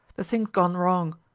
the thing's gone wrong.